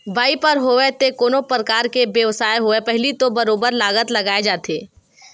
बइपार होवय ते कोनो परकार के बेवसाय होवय पहिली तो बरोबर लागत लगाए जाथे